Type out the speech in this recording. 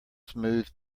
smooth